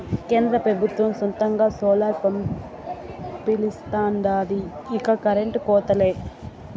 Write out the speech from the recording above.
కేంద్ర పెబుత్వం సొంతంగా సోలార్ పంపిలిస్తాండాది ఇక కరెంటు కోతలే